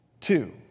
Two